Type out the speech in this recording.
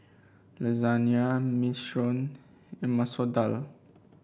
Lasagne Minestrone and Masoor Dal